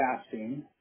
fasting